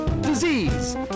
disease